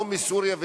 לא מסוריה,